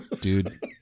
dude